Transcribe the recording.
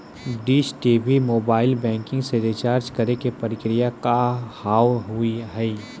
Dish TV mobile banking से recharge करे के प्रक्रिया का हाव हई?